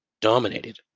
Dominated